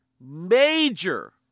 major